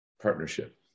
partnership